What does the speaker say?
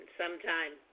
sometime